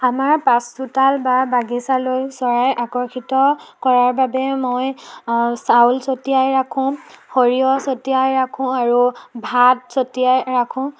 আমাৰ পাছচোতাল বা বাগিচালৈ চৰাই আকৰ্ষিত কৰাৰ বাবে মই চাউল ছটিয়াই ৰাখোঁ সৰিয়হ ছটিয়াই ৰাখোঁ আৰু ভাত ছটিয়াই ৰাখোঁ